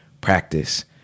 practice